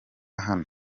hano